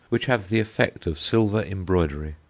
which have the effect of silver embroidery.